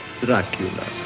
Dracula